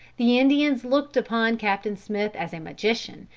the indians looked upon captain smith as a magician,